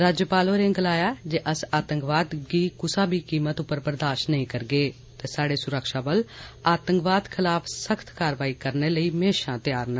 राज्यपाल होरें गलाया जे अस आतंकवाद गी कुसा बी कीमत उप्पर बदार्श नेईं करगे ते स्हाड़े सुरक्षाबल आतंकवाद खलाफ सख्त कारवाई करने लेई म्हेशां तैयार न